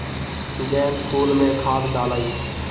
गेंदा फुल मे खाद डालाई?